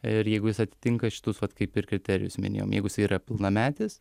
ir jeigu jis atitinka šitus vat kaip ir kriterijus minėjau jeigu jisai yra pilnametis